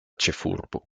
ĉefurbo